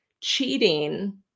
cheating